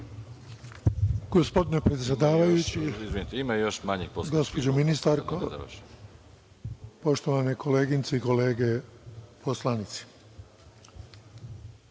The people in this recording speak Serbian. Gospodine predsedavajući, gospođo ministarko, poštovane koleginice i kolege poslanici,